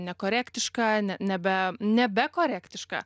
nekorektiška ne nebe nebekorektiška